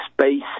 space